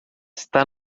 está